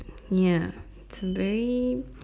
ya it's very